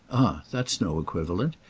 that's no equivalent.